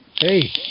Hey